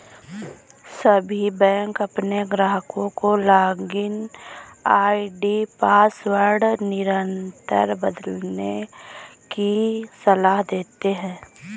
सभी बैंक अपने ग्राहकों को लॉगिन आई.डी पासवर्ड निरंतर बदलने की सलाह देते हैं